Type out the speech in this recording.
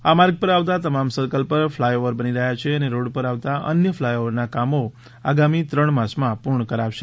આ માર્ગ પર આવતા તમામ સર્કલ પર ફ્લાયઓવર બની રહ્યા છે અને રોડ પર આવતા અન્ય ફ્લાયઓવરના કામો આગામી ત્રણ માસમાં પૂર્ણ કરાશે